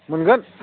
मोनगोन